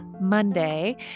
Monday